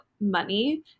money